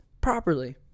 Properly